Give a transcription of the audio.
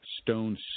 Stone